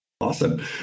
Awesome